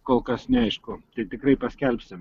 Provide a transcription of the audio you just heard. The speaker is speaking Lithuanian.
kol kas neaišku tai tikrai paskelbsim